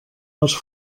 les